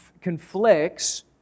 conflicts